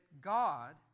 God